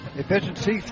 efficiency